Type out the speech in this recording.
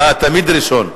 אתה תמיד ראשון,